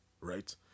right